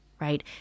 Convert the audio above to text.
right